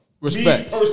Respect